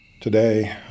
Today